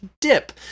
dip